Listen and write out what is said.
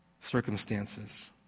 circumstances